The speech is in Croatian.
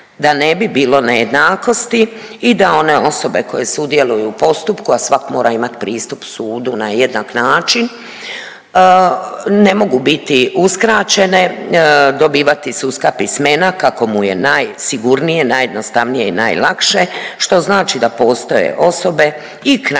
da ne bi bilo nejednakosti i da one osobe koje sudjeluju u postupku, a svak mora imati pristup sudu na jednak način ne mogu biti uskraćene, dobivati sudska pismena kako mu je najsigurnije, najjednostavnije i najlakše što znači da postoje osobe i krajevi